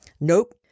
Nope